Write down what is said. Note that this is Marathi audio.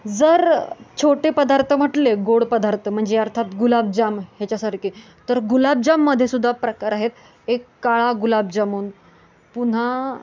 जर छोटे पदार्थ म्हटले गोड पदार्थ म्हणजे अर्थात गुलाबजाम ह्याच्यासारखे तर गुलाबजाममध्येसुद्धा प्रकार आहेत एक काळा गुलाबजामून पुन्हा